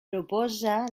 proposa